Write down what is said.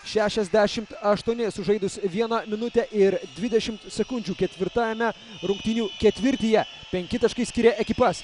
šešiasdešim aštuoni sužaidus vieną minutę ir dvidešim sekundžių ketvirtajame rungtynių ketvirtyje penki taškai skiria ekipas